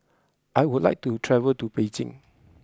I would like to travel to Beijing